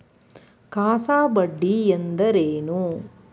CASA ಬಡ್ಡಿ ಎಂದರೇನು?